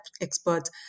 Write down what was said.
experts